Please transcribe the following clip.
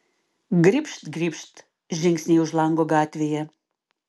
gribšt gribšt žingsniai už lango gatvėje